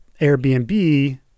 Airbnb